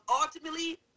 ultimately